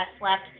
left